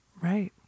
Right